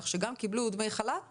כך שגם קיבלו דמי חל"ת